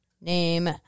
name